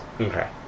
Okay